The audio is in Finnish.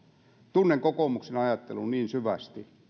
tunnen kokoomuksen ajattelun niin syvästi